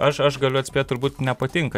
aš aš galiu atspėt turbūt nepatinka